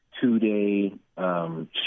two-day